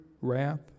wrath